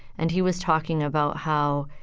and he was talking about how,